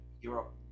Europe